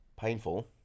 Painful